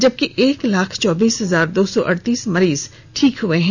जबकि एक लाख चौबीस हजार दो सौ अड़तीस मरीज ठीक हुए हैं